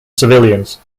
civilians